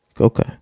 Okay